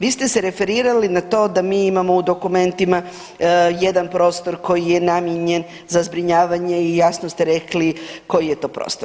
Vi ste se referirali na to da mi imamo u dokumentima jedan prostor koji je namijenjen za zbrinjavanje i jasno ste rekli koji je to prostor.